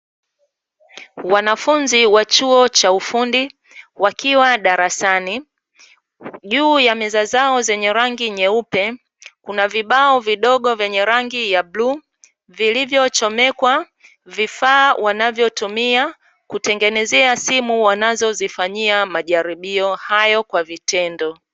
Wanafunzi wa chuo cha ufundi wakiwa darasani, juu ya meza zao zenye rangi nyeupe kuna vibao vidogo vyenye rangi ya bluu, vilivyochomekwa vifaa wanavyotumia kutengenezea simu wanazozifanyia majaribio hayo kwa vitendo.